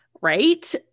right